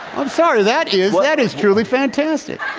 i'm sorry that is that is truly fantastic